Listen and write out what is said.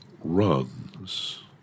runs